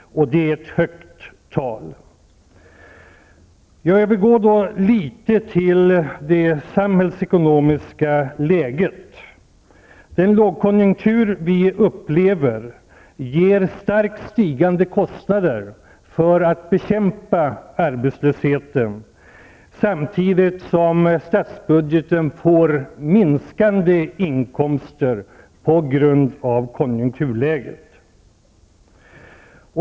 Det är ett högt tal. Jag övergår litet till det samhällsekonomiska läget. Den lågkonjunktur vi upplever ger starkt stigande kostnader för att bekämpa arbetslösheten samtidigt som statsbudgeten får minskande inkomster på grund av konjunkturläget.